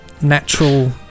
Natural